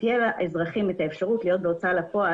שתהיה לאזרחים את האפשרות --- בהוצאה לפועל,